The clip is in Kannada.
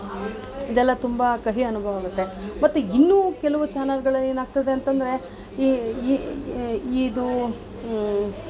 ಇದೆಲ್ಲ ತುಂಬ ಕಹಿ ಅನುಭವ ಆಗುತ್ತೆ ಮತ್ತು ಇನ್ನು ಕೆಲವು ಚಾನಲ್ಗಳಲ್ಲಿ ಏನಾಗ್ತದೆ ಅಂತಂದರೆ ಇದು